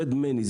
רד ממני.